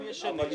ישנה.